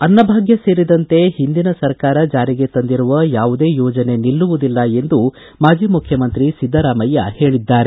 ಅನ್ನಭಾಗ್ಯ ಸೇರಿದಂತೆ ಹಿಂದಿನ ಸರ್ಕಾರ ಜಾರಿಗೆ ತಂದಿರುವ ಯಾವುದೇ ಯೋಜನೆ ನಿಲ್ಲುವುದಿಲ್ಲ ಎಂದು ಮಾಜಿ ಮುಖ್ಯಮಂತ್ರಿ ಸಿದ್ದರಾಮಯ್ಯ ಹೇಳದ್ದಾರೆ